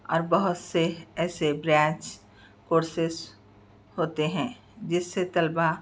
اور بہت سے ایسے برینچ کورسیز ہوتے ہیں جس سے طلبا